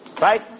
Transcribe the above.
right